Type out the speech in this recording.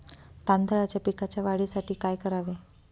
तांदळाच्या पिकाच्या वाढीसाठी काय करावे?